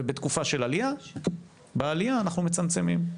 ובתקופה של עלייה, דווקא בעלייה אנחנו מצמצמים.